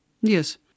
Yes